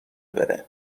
بره